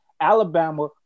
Alabama